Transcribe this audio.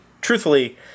truthfully